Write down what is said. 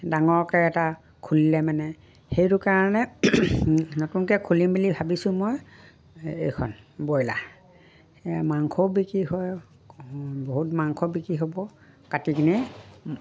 ডাঙৰকে এটা খুলিলে মানে সেইটো কাৰণে নতুনকে খুলিম বুলি ভাবিছোঁ মই এইখন ব্ৰইলাৰ মাংসও বিক্ৰী হয় বহুত মাংস বিক্ৰী হ'ব কাটি কিনে